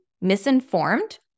misinformed